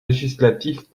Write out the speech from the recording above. législatif